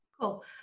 Cool